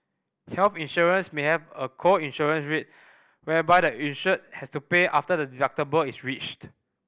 health insurance may have a co insurance rate whereby the insured has to pay after the deductible is reached